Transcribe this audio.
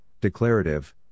declarative